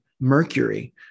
Mercury